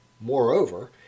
Moreover